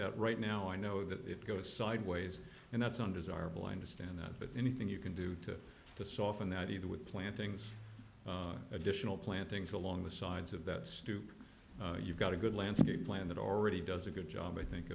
that right now i know that it goes sideways and that's undesirable i understand that but anything you can do to to soften that even with plantings additional plantings along the sides of that stoop you've got a good landscape plan that already does a good job i think